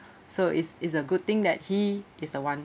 so it's it's a good thing that he is the one